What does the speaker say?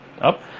up